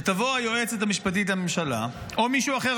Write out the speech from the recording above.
שתבוא היועצת המשפטית לממשלה או מישהו אחר,